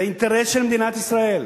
זה אינטרס של מדינת ישראל.